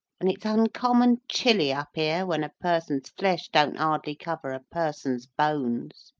and it's uncommon chilly up here when a person's flesh don't hardly cover a person's bones.